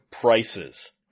prices